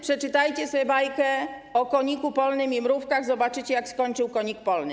Przeczytajcie sobie bajkę o koniku polnym i mrówkach - zobaczycie, jak skończył konik polny.